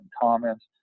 comments